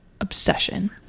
obsession